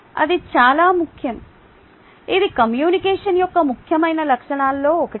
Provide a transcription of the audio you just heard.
అది చాలా ముఖ్యం ఇది కమ్యూనికేషన్ యొక్క ముఖ్యమైన లక్షణాలలో ఒకటి